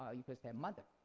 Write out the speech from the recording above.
ah you could say a mother,